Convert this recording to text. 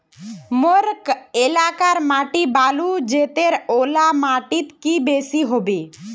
मोर एलाकार माटी बालू जतेर ओ ला माटित की बेसी हबे?